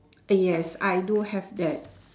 eh yes I do have that